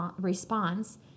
response